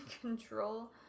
control